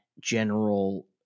general